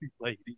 lady